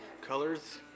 colors